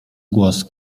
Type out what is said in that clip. głos